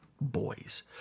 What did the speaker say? boys